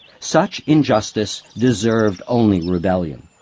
such injustice deserved only rebellion.